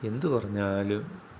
എന്ത് പറഞ്ഞാലും